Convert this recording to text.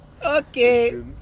Okay